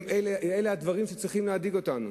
אלה הדברים שצריכים להדאיג אותנו.